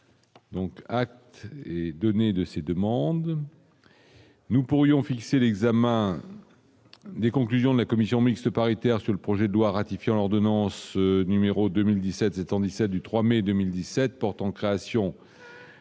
Donc acte et donner de ces demandes. Nous pourrions fixer l'examen des conclusions de la commission mixte paritaire sur le projet de loi ratifiant l'ordonnance numéro 2017 717 du 3 mai 2017 portant création